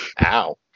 Ow